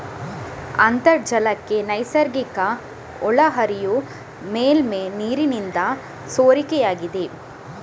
ಅಂತರ್ಜಲಕ್ಕೆ ನೈಸರ್ಗಿಕ ಒಳಹರಿವು ಮೇಲ್ಮೈ ನೀರಿನಿಂದ ಸೋರಿಕೆಯಾಗಿದೆ